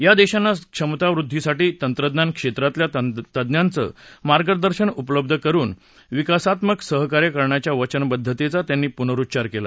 या देशांना क्षमतावृद्वीसाठी तंत्रज्ञान क्षेत्रातल्या तज्ञांचं मार्गदर्शन उपलब्ध करून विकासात्मक सहकार्य करण्याच्या वचनबद्दतेचा त्यांनी पुनरुच्चार केला